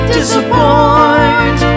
Disappoint